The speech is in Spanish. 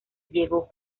llegó